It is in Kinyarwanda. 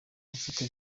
mfite